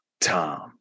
tom